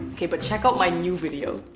okay, but check out my new video.